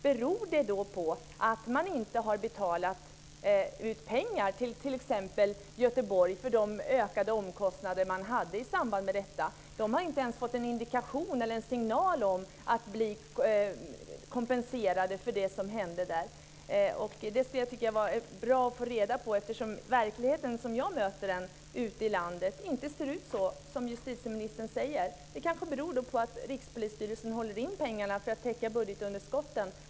Beror det på att man inte har betalat ut pengar till t.ex. Göteborg för de ökade omkostnader som man hade i samband med detta? Där har man inte ens fått en indikation eller en signal om att man ska bli kompenserad för det som hände där. Jag skulle tycka att det vore bra att få reda på det, eftersom verkligheten, som jag möter den, ute i landet inte ser ut så som justitieministern säger. Det kanske beror på att Rikspolisstyrelsen håller in pengarna för att täcka budgetunderskotten.